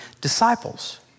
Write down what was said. disciples